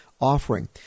offering